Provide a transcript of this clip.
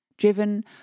Driven